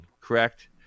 correct